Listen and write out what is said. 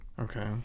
okay